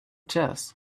chess